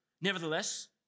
Nevertheless